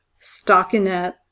stockinette